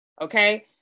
okay